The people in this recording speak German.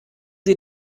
sie